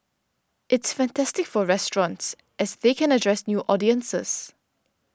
it's fantastic for restaurants as they can address new audiences